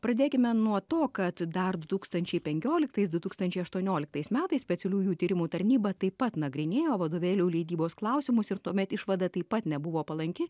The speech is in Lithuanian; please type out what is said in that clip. pradėkime nuo to kad dar du tūkstančiai penkioliktais du tūkstančiai aštuonioliktais metais specialiųjų tyrimų tarnyba taip pat nagrinėjo vadovėlių leidybos klausimus ir tuomet išvada taip pat nebuvo palanki